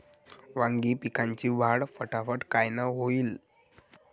वांगी पिकाची वाढ फटाफट कायनं होईल?